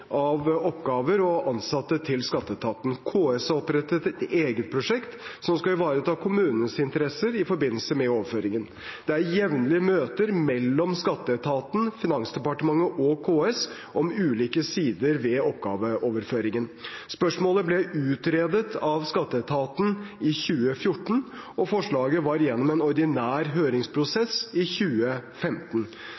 av oppgaver og ansatte til skatteetaten. KS har opprettet et eget prosjekt som skal ivareta kommunenes interesser i forbindelse med overføringen. Det er jevnlige møter mellom skatteetaten, Finansdepartementet og KS om ulike sider ved oppgaveoverføringen. Spørsmålet ble utredet av skatteetaten i 2014, og forslaget var gjennom en ordinær